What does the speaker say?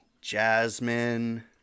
jasmine